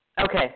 okay